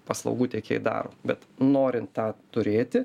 paslaugų tiekėjai daro bet norint tą turėti